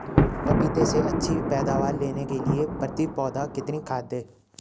पपीते से अच्छी पैदावार लेने के लिए प्रति पौधा कितनी खाद दें?